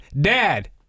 Dad